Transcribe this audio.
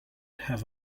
have